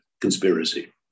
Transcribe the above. conspiracy